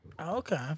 Okay